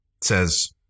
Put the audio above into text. says